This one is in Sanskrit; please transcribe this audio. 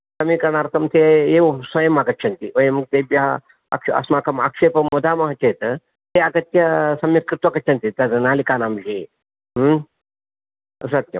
समीकरणार्थं ते एवं स्वयमागच्छन्ति वयं तेभ्यः आक्ष अस्माकं आक्षेपं वदामः चेत् ते आगत्य सम्यक्कृत्वा गच्छन्ति तत् नालिकानां विषये अस्तु सत्यम्